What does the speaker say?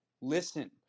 Listen